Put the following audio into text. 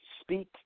speak